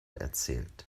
erzählt